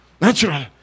Natural